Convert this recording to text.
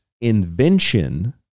invention